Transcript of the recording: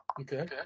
Okay